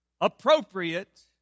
appropriate